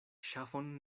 ŝafon